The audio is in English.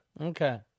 Okay